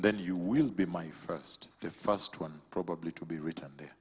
then you will be my first the first one probably to be written there